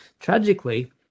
Tragically